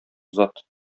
зат